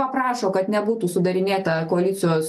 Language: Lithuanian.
paprašo kad nebūtų sudarinėta koalicijos